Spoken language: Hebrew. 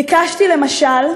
ביקשתי, למשל,